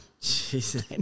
Jesus